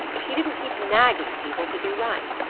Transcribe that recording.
if she didn't keep nagging people to do right.